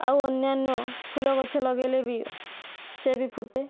ଆଉ ଅନ୍ୟାନ୍ୟ ଫୁଲଗଛ ଲଗାଇଲେ ବି ସେ ବି ଫୁଟେ